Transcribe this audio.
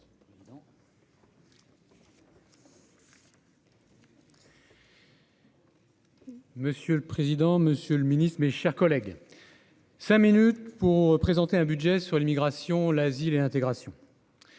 Monsieur le président, Monsieur le Ministre, mes chers collègues, 5 minutes pour présenter un budget sur l'immigration, l'asile et intégration.